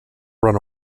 run